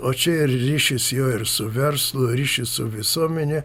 o čia ir ryšis jo ir su verslu ryšys su visuomene